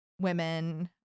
women